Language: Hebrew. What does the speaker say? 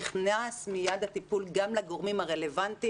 נכנס מיד הטיפול גם של גורמים הרלוונטיים,